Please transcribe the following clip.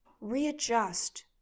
Readjust